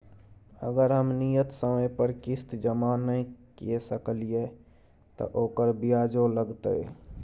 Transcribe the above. अगर हम नियत समय पर किस्त जमा नय के सकलिए त ओकर ब्याजो लगतै?